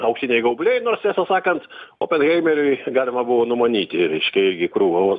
auksiniai gaubliai nors tiesą sakant openheimeriui galima buvo numanyti reiškia irgi krūvą